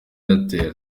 airtel